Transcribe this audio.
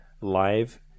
live